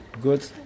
good